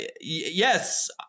yes